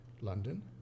London